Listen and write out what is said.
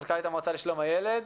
מנכ"לית המועצה לשלום הילד.